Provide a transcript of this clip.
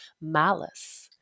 malice